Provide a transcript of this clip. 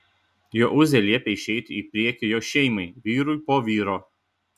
jozuė liepė išeiti į priekį jo šeimai vyrui po vyro